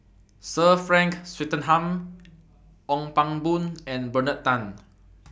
Sir Frank Swettenham Ong Pang Boon and Bernard Tan